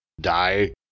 die